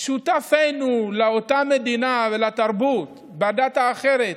שותפינו לאותה מדינה ולתרבות מהדת האחרת,